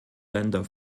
länder